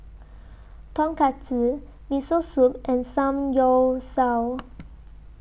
Tonkatsu Miso Soup and Samgyeopsal